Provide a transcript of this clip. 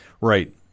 Right